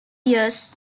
years